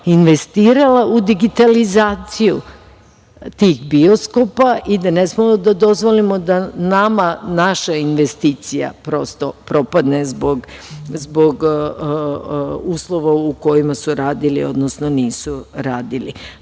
investirala u digitalizaciju tih bioskopa i da ne smemo da dozvolimo da nama naša investicija prosto propadne zbog uslova u kojima su radili, odnosno nisu radili. Lokalne